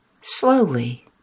slowly